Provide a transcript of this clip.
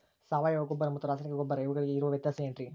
ಸಾವಯವ ಗೊಬ್ಬರ ಮತ್ತು ರಾಸಾಯನಿಕ ಗೊಬ್ಬರ ಇವುಗಳಿಗೆ ಇರುವ ವ್ಯತ್ಯಾಸ ಏನ್ರಿ?